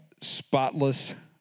spotless